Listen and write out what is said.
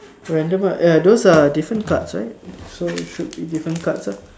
random lah ah those are different cards right so should be different cards lah